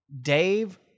Dave